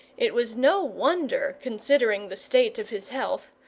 it was no wonder, considering the state of his health,